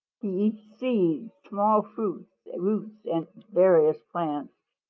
eats seeds, small fruits, roots and various plants.